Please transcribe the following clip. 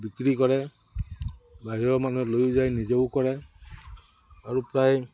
বিক্ৰী কৰে বাহিৰৰ মানুহে লৈ যায় নিজেও কৰে আৰু প্ৰায়